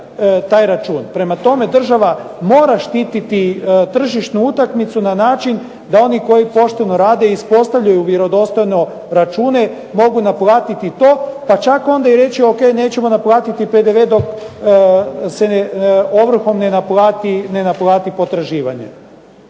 taj račun. Prema tome, država mora štititi tržišnu utakmicu na način da oni koji pošteno rade i ispostavljeno vjerodostojno račune mogu naplatiti to pa čak onda i reći nećemo onda naplatiti PDV dok se ne ovrhom ne naplati potraživanje.